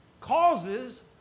Causes